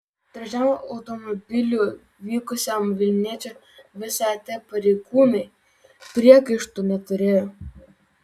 trečiam automobiliu vykusiam vilniečiui vsat pareigūnai priekaištų neturėjo